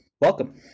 welcome